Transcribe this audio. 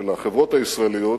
של החברות הישראליות,